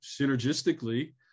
synergistically